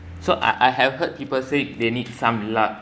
so I I have heard people say they need some luck